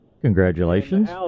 Congratulations